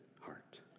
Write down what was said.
heart